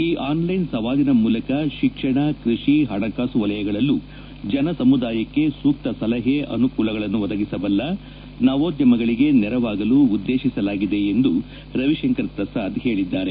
ಈ ಆನ್ಲೈನ್ ಸವಾಲಿನ ಮೂಲಕ ಶಿಕ್ಷಣ ಕೃಷಿ ಹಣಕಾಸ ವಲಯಗಳಲ್ಲೂ ಜನ ಸಮುದಾಯಕ್ಕೆ ಸೂಕ್ತ ಸಲಹೆ ಅನುಕೂಲಗಳನ್ನು ಒದಗಿಸಬಲ್ಲ ನವೋದ್ಯಮಗಳಿಗೆ ನೆರವಾಗಲು ಉದ್ದೇಶಿಸಿಲಾಗಿದೆ ಎಂದು ರವಿಶಂಕರ್ ಪ್ರಸಾದ್ ಹೇಳಿದ್ದಾರೆ